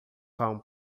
cão